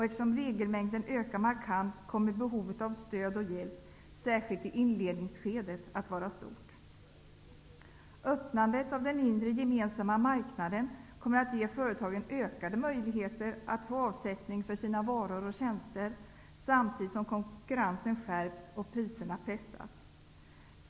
Eftersom regelmängden ökar markant kommer behovet av stöd och hjälp att vara stort särskilt i inledningsskedet. Öppnandet av den inre gemensamma marknaden kommer att ge företagen ökade möjligheter att få avsättning för sina varor och tjänster, samtidigt som konkurrensen skärps och priserna pressas.